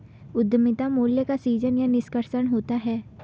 उद्यमिता मूल्य का सीजन या निष्कर्षण होता है